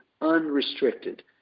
unrestricted